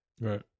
Right